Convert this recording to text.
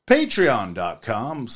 Patreon.com